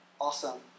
Awesome